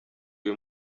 uyu